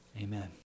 Amen